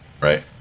right